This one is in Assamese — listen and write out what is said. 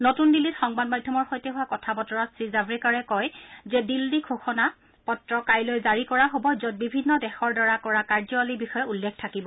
নতুন দিল্লীত সংবাদ মাধ্যমৰ সৈতে হোৱা কথা বতৰাত শ্ৰীজাভৰেকাডে কয় যে দিল্লী ঘোষাণা কাইলৈ জাৰি কৰা হব যত বিভিন্ন দেশৰ দ্বাৰা কৰা কাৰ্যৱলীৰ বিষয়ে উল্লেখ থাকিব